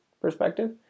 perspective